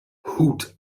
hut